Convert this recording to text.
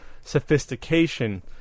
sophistication